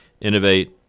innovate